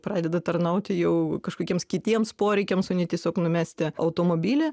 pradeda tarnauti jau kažkokiems kitiems poreikiams o ne tiesiog numesti automobilį